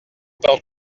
porte